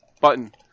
button